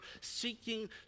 seeking